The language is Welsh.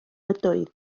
ydoedd